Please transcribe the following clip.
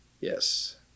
Yes